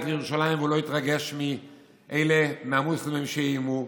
לירושלים ולא התרגש מהמוסלמים שאיימו.